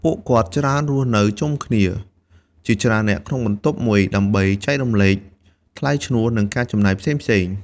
ពួកគាត់ច្រើនរស់នៅជុំគ្នាជាច្រើននាក់ក្នុងបន្ទប់មួយ ដើម្បីចែករំលែកថ្លៃឈ្នួល និងការចំណាយផ្សេងៗ។